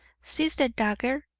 sees the dagger,